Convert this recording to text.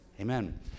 Amen